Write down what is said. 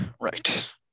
Right